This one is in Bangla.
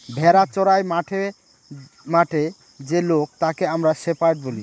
ভেড়া চোরাই মাঠে মাঠে যে লোক তাকে আমরা শেপার্ড বলি